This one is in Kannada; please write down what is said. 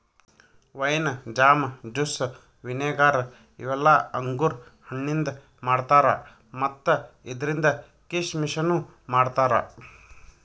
ವೈನ್, ಜಾಮ್, ಜುಸ್ಸ್, ವಿನೆಗಾರ್ ಇವೆಲ್ಲ ಅಂಗುರ್ ಹಣ್ಣಿಂದ್ ಮಾಡ್ತಾರಾ ಮತ್ತ್ ಇದ್ರಿಂದ್ ಕೀಶಮಿಶನು ಮಾಡ್ತಾರಾ